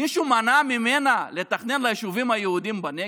מישהו מנע ממנה לתכנן ליישובים היהודיים בנגב?